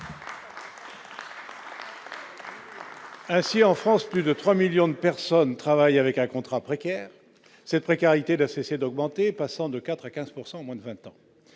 Ainsi, en France, plus de 3 millions de personnes travaillent avec un contrat précaire cette précarité n'a cessé d'augmenter, passant de 4 à 15 pourcent moins moins de 20 ans,